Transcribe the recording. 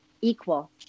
equal